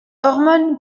hormone